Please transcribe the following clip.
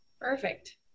Perfect